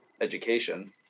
education